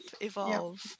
evolve